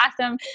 awesome